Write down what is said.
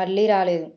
మళ్లీ రాలేదు